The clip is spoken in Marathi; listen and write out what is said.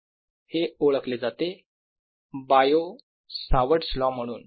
हे ओळखले जाते Biot Savart's law Bio Savart's law म्हणून